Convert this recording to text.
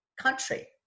country